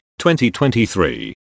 2023